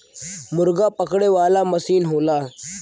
मुरगा पकड़े वाला मसीन होला